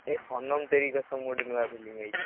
ଏ ସନମ ତେରି କସମ୍ ଗୋଟେ ନୂଆ ଫିଲିମ ଆସିଛି